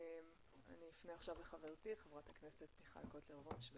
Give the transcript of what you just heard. אני אפנה עכשיו לחברתי ח"כ מיכל קוטלר וונש.